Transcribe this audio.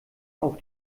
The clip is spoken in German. auf